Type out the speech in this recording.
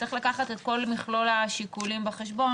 צריך לקחת את כל מכלול השיקולים בחשבון,